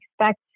expect